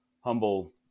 humble